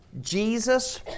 Jesus